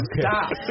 Stop